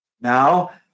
now